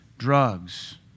drugs